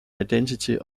identity